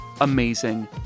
amazing